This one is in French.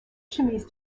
chemises